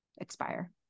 expire